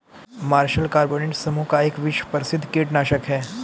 martial carbonate समूह का एक विश्व प्रसिद्ध कीटनाशक है